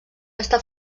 està